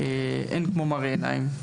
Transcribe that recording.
אין כמו מראה עיניים.